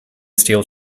steel